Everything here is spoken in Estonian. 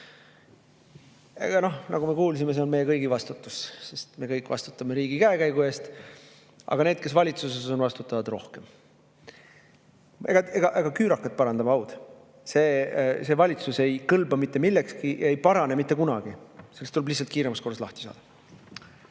rohkem. Nagu me kuulsime, see on meie kõigi vastutus, sest me kõik vastutame riigi käekäigu eest. Aga need, kes valitsuses on, vastutavad rohkem. Küürakat parandab ainult haud. See valitsus ei kõlba mitte millekski, ta ei parane mitte kunagi. Temast tuleb lihtsalt kiiremas korras lahti saada.